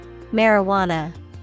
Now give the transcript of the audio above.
Marijuana